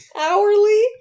hourly